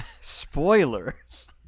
Spoilers